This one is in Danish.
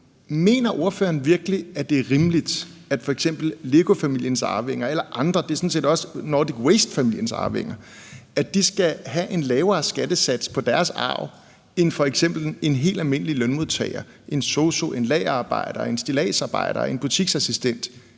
Mener ordføreren virkelig, at det er rimeligt, at f.eks. LEGO-familiens arvinger eller sådan set også Nordic Waste-familiens arvinger eller andre skal have en lavere skattesats på deres arv end f.eks. en helt almindelig lønmodtager, en sosu, en lagerarbejder, en stilladsarbejder, en butiksassistent?